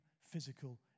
physical